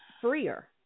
freer